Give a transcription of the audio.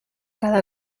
cada